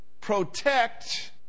protect